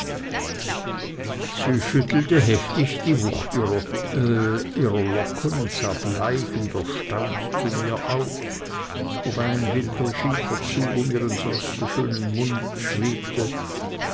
sie schüttelte heftig die wucht ihrer lachen und sah bleich und erstaunt zu mir auf wobei ein wilder schiefer zug um ihren sonst so schönen mund schwebte